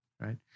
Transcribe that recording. right